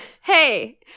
Hey